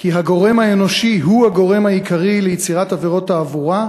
כי הגורם האנושי הוא הגורם העיקרי ליצירת עבירות תעבורה,